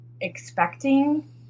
expecting